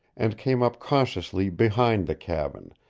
and came up cautiously behind the cabin,